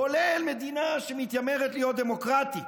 כולל מדינה שמתיימרת להיות דמוקרטית,